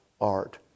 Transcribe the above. art